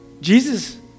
Jesus